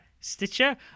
Stitcher